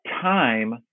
time